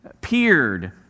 peered